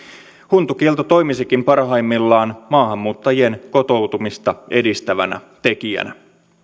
huntukielto toimisikin parhaimmillaan maahanmuuttajien kotoutumista edistävänä tekijänä